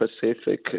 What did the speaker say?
Pacific